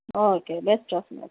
okay best of luck